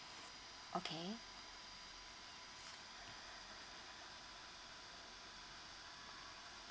okay